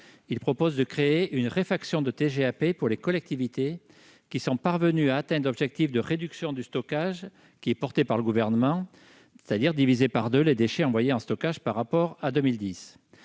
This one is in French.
proposons de créer une réfaction de la TGAP pour les collectivités qui sont parvenues à atteindre l'objectif de réduction du stockage fixé par le Gouvernement, c'est-à-dire qui ont divisé par deux la masse des déchets envoyés en stockage par rapport à 2010.